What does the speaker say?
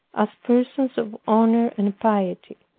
as persons of honor and piety.